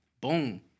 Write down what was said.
boom